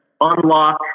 unlock